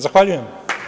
Zahvaljujem.